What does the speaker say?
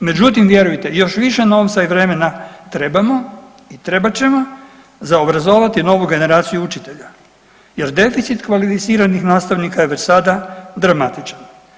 Međutim, vjerujte još više novca i vremena trebamo i trebat ćemo za obrazovati novu generaciju učitelja jer deficit kvalificiranih nastavnika je već sada dramatičan.